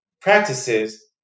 practices